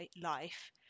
life